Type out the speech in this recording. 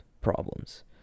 problems